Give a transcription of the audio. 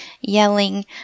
yelling